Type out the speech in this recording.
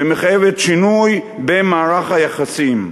ומחייבת שינוי במערך היחסים.